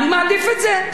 זו תמונת המצב.